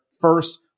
first